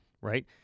Right